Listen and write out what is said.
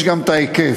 יש גם את ההיקף.